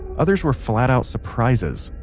others were flat out surprises.